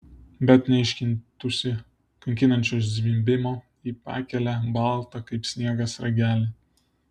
bet neiškentusi kankinančio zvimbimo ji pakėlė baltą kaip sniegas ragelį